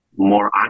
More